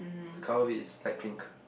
the colour of it is light pink